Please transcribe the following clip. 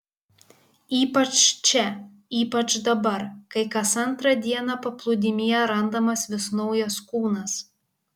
ypač čia ypač dabar kai kas antrą dieną paplūdimyje randamas vis naujas kūnas